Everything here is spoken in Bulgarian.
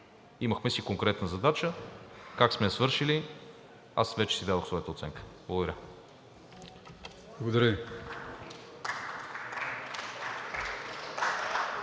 Имахме си конкретна задача, как сме я свършили, аз вече си дадох своята оценка. Благодаря.